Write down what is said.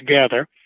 together